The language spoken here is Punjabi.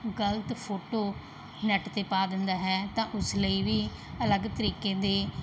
ਗਲਤ ਫੋਟੋ ਨੈੱਟ 'ਤੇ ਪਾ ਦਿੰਦਾ ਹੈ ਤਾਂ ਉਸ ਲਈ ਵੀ ਅਲੱਗ ਤਰੀਕੇ ਦੇ